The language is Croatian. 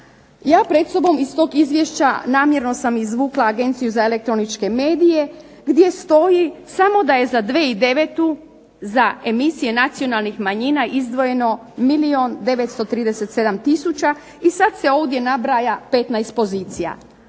Ja pred sobom iz tog izvješća namjerno sam izvukla Agenciju za elektroničke medije, gdje stoji da je samo za 2009. za emisije nacionalnih manjina izdvojeno milijun 937 tisuća i sada se ovdje nabraja 15 pozicija.